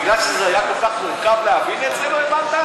בגלל שזה היה כל כך מורכב להבין את זה לא הבנת?